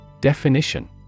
definition